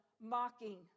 mocking